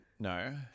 No